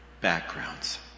backgrounds